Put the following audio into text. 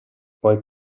poi